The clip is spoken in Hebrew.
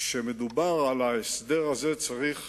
כשמדובר על ההסדר הזה צריך